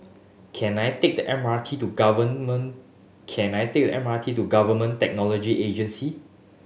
can I take the M R T to can I take the M R T to Government Technology Agency